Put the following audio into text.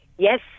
Yes